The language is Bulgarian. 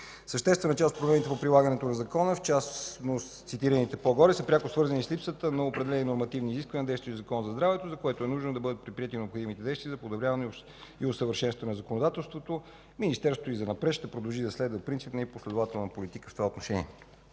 сигнал, че времето е изтекло) и в частност цитираните по-горе, са пряко свързани с липсата на определени нормативни изисквания в действащия Закон за здравето, за което е нужно да бъдат предприети необходимите действия за подобряване и усъвършенстване на законодателството. Министерството и занапред ще продължи да следва принципна и последователна политика в това отношение.